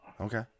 Okay